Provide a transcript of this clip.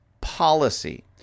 policy